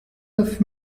neuf